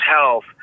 Health